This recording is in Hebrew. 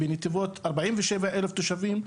בנתיבות 47 אלף תושבים,